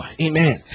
Amen